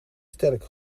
sterk